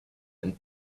and